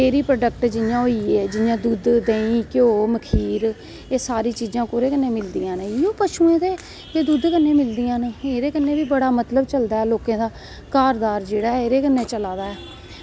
ते dairy product जियां होइयै दुद्द देहीं घ्यो मखीर एह् सारी चीज़ां कोह्दे कन्नैं मिलदियां न इ यै पशुएं नैं एह् धुद्द कन्नैं मिलदियां न एह्दे कन्नैं बी बड़ा मतलव चलदा ऐ लोकें दा घर बाह्र जेह्ड़ा एह्दे कन्नैं चला दा ऐ